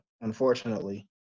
unfortunately